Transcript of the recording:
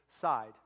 side